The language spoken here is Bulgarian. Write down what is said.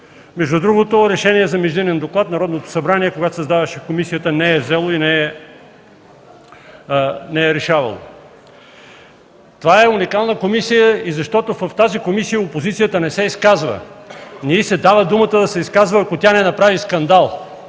Между другото, решение за междинен доклад Народното събрание, когато създаваше комисията, не е взело и не е решавало. Това е уникална комисия и защото в тази комисия опозицията не се изказва, не й се дава думата да се изказва, ако тя не направи скандал.